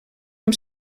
amb